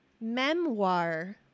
memoir